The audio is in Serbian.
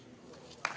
Hvala